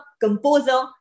composer